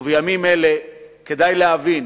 ובימים אלה כדאי להבין: